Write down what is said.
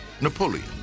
Napoleon